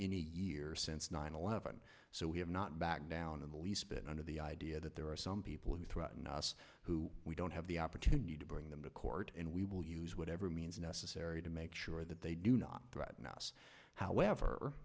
any year since nine eleven so we have not backed down in the least bit under the idea that there are some people who threaten us who we don't have the opportunity to bring them to court and we will use whatever means necessary to make sure that they do not threaten us however